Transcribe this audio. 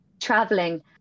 traveling